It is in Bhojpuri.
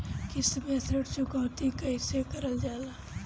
किश्त में ऋण चुकौती कईसे करल जाला?